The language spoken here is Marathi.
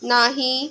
नाही